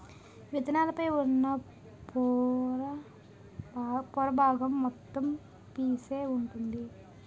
విత్తనాల పైన ఉన్న పొర బాగం మొత్తం పీసే వుంటుంది